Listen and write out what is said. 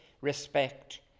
respect